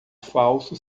falso